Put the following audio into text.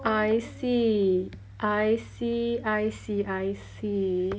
I see I see I see I see